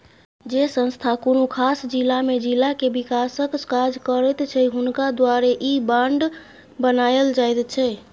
जे संस्था कुनु खास जिला में जिला के विकासक काज करैत छै हुनका द्वारे ई बांड बनायल जाइत छै